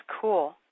cool